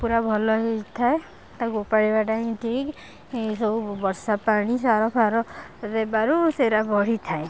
ପୁରା ଭଲ ହେଇଥାଏ ତାକୁ ଉପାଡ଼ିବାଟା ହିଁ ଠିକ୍ ସବୁ ବର୍ଷା ପାଣି ସାର ଫାର ଦେବାରୁ ସେଇରା ବଢ଼ିଥାଏ